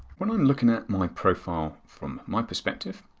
when i am looking at my profile from my perspective,